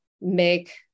make